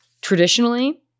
traditionally